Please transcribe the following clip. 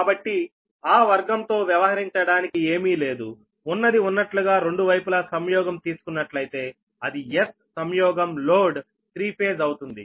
కాబట్టి ఆ వర్గం తో వ్యవహరించడానికి ఏమీ లేదు ఉన్నది ఉన్నట్లుగా రెండు వైపులా సంయోగం తీసుకున్నట్లయితే అది S సంయోగం లోడ్ త్రీ ఫేజ్ అవుతుంది